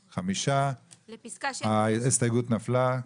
5. הצבעה לא אושר ההסתייגות נפלה.